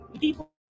people